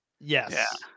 Yes